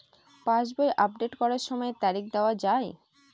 পাসবই update করার সময়ে তারিখ দেখা য়ায়?